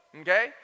okay